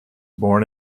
born